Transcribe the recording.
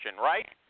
right